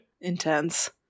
Intense